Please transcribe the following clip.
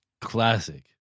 classic